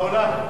בעולם.